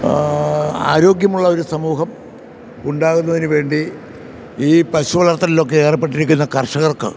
ആരോഗ്യമുള്ള ഒരു സമൂഹം ഉണ്ടാകുന്നതിന് വേണ്ടി ഈ പശു വളർത്തലിലൊക്കെ ഏർപ്പെട്ടിരിക്കുന്ന കർഷകർക്ക്